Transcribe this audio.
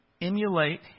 Emulate